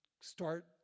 start